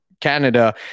Canada